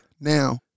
Now